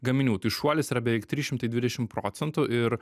gaminių tai šuolis yra beveik trys šimtai dvidešim procentų ir